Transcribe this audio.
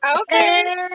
Okay